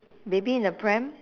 baby in a pram